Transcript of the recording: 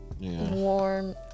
warm